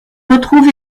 retrouve